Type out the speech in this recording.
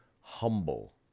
humble